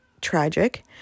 tragic